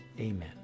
Amen